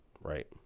right